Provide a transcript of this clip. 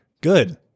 good